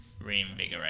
reinvigorate